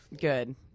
Good